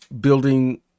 building